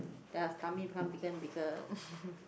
their tummy become bigger and bigger